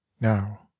now